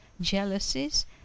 jealousies